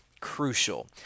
crucial